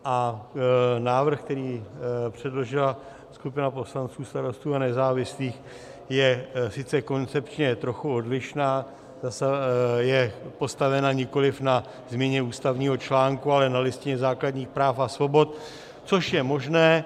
A návrh, který předložila skupina poslanců Starostů a nezávislých, je sice koncepčně trochu odlišný, je postaven nikoliv na změně ústavního článku, ale na Listině základních práv a svobod, což je možné.